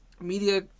media